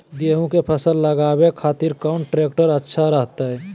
गेहूं के फसल लगावे खातिर कौन ट्रेक्टर अच्छा रहतय?